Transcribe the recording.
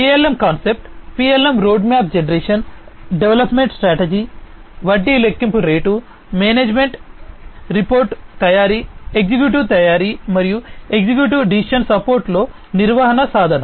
PLM concept PLM roadmap generation development strategy వడ్డీ లెక్కింపు rate management report తయారీ executive తయారీ మరియు ఎగ్జిక్యూటివ్ డెసిషన్ సపోర్ట్లో నిర్వహణ సాధన